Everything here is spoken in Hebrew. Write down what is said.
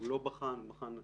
הוא לא בחן, הוא בחן חלקית,